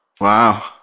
Wow